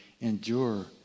endure